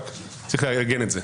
רק צריך לעגן את זה.